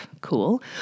Cool